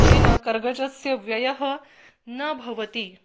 तेन कर्गजस्य व्ययः न भवति